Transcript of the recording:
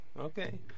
Okay